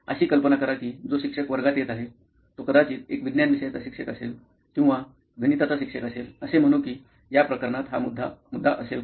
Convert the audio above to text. अशी कल्पना करा की जो शिक्षक वर्गात येत आहे तो कदाचित एक विज्ञान विषयाचा शिक्षक असेल किंवा गणिताचा शिक्षक असेल असे म्हणू कि या प्रकरणात हा मुद्दा असेल का